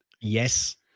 Yes